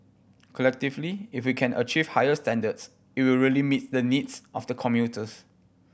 collectively if we can achieve higher standards it will really meet the needs of the commuters